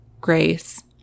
grace